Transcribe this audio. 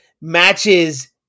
matches